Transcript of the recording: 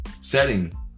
Setting